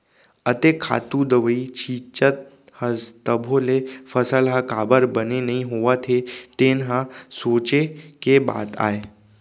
अतेक खातू दवई छींचत हस तभो ले फसल ह काबर बने नइ होवत हे तेन ह सोंचे के बात आय